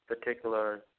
particular